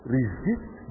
Resist